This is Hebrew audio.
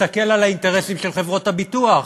מסתכל על האינטרסים של חברות הביטוח.